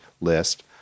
list